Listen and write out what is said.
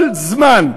כל זמן,